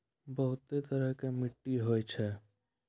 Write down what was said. बहुतै तरह के मट्टी होय छै